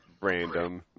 Random